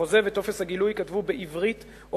החוזה וטופס הגילוי ייכתבו בעברית או